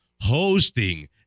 hosting